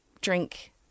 drink